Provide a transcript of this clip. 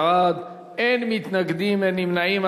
בעד, 32, אין מתנגדים, אין נמנעים.